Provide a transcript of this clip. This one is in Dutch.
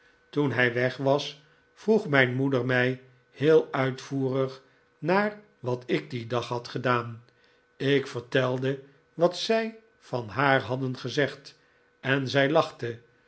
toen hij weg was vroeg mijn moeder mij heel uitvoerig naar wat ik dien dag had gedaan ik vertelde wat zij van haar hadden gezegd en zij lachte